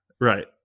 Right